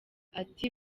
ati